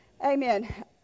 amen